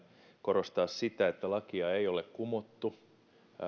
korostaa sitä että lakia ei ole kumottu eikä lakia olla